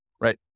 Right